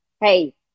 hey